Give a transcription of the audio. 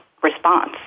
response